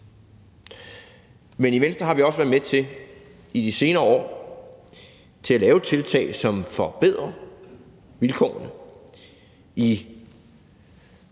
Men i Venstre har vi også været med til i de senere år at lave tiltag, som forbedrer vilkårene i